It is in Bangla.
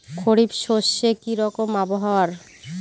খরিফ শস্যে কি রকম আবহাওয়ার?